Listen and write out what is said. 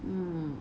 mm